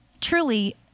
truly